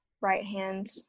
right-hand